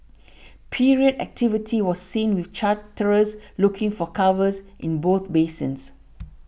period activity was seen with charterers looking for covers in both basins